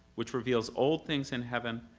which reveals old things in heaven,